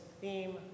theme